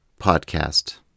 podcast